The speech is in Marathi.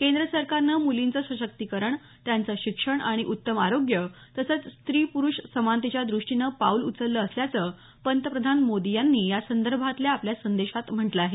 केंद्र सरकारनं मुलींचं सशक्तीकरण त्यांचं शिक्षण आणि उत्तम आरोग्य तसंच स्त्री पुरुष समानतेच्या दृष्टीनं पाऊल उचललं असल्याचं पंतप्रधान मोदी यांनी या संदर्भातल्या आपल्या संदेशात म्हटलं आहे